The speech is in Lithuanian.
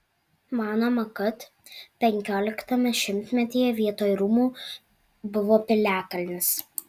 manoma kad penkioliktame šimtmetyje vietoj rūmų buvo piliakalnis